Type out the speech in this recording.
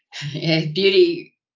Beauty